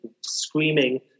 screaming